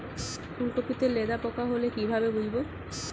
ফুলকপিতে লেদা পোকা হলে কি ভাবে বুঝবো?